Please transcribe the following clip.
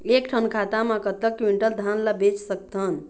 एक ठन खाता मा कतक क्विंटल धान ला बेच सकथन?